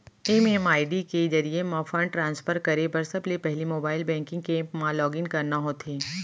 MMID के जरिये म फंड ट्रांसफर करे बर सबले पहिली मोबाइल बेंकिंग ऐप म लॉगिन करना होथे